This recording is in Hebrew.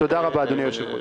תודה רבה, אדוני היושב-ראש.